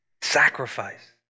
sacrifice